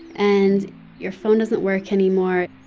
and your phone doesn't work anymore.